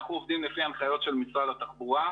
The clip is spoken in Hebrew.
אנחנו עובדים לפי ההנחיות של משרד התחבורה,